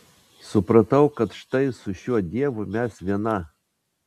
supratau kad štai su šiuo dievu mes viena